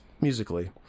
musically